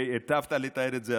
היטבת לתאר את זה,